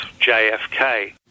JFK